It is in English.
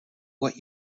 what